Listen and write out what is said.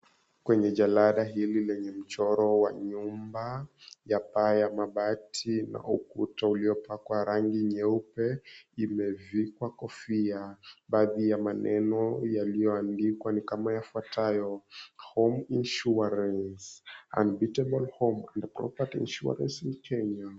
Kwenye jalada hili wenye mchoro wa nyumba ya paa la mabati na ukuta uliopakwa rangi nyeupe, imevikwa kofia. Baadhi ya maneno yaliyoandikwa ni kama yafuatayo, Home Insurance, Unbeatable Property Insurance in Kenya.